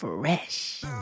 Fresh